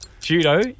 Judo